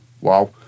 wow